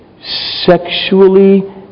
sexually